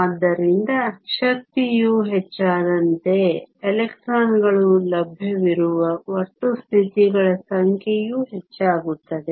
ಆದ್ದರಿಂದ ಶಕ್ತಿಯು ಹೆಚ್ಚಾದಂತೆ ಎಲೆಕ್ಟ್ರಾನ್ಗಳು ಲಭ್ಯವಿರುವ ಒಟ್ಟು ಸ್ಥಿತಿಗಳ ಸಂಖ್ಯೆಯೂ ಹೆಚ್ಚಾಗುತ್ತದೆ